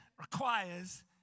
requires